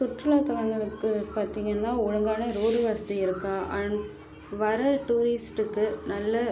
சுற்றுலாத்தலங்களுக்கு பார்த்தீங்கன்னா ஒழுங்கான ரோடு வசதி இருக்கா அண்ட் வர டூரிஸ்டுக்கு நல்ல